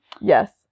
Yes